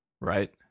Right